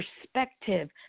perspective